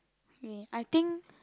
we I think